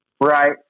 Right